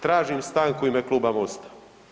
Tražim stanku u ime kluba Mosta.